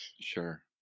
Sure